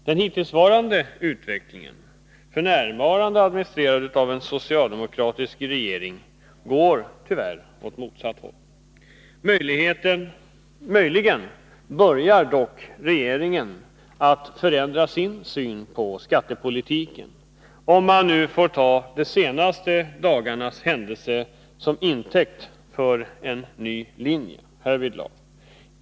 Den hittillsvarande utvecklingen, f. n. administrerad av en socialdemokratisk regering, går tyvärr åt motsatt håll. Möjligen börjar dock regeringen att förändra sin syn på skattepolitiken, om man nu får ta de senaste dagarnas händelse som tecken på en ny linje härvidlag.